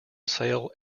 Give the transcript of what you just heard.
sale